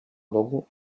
bogu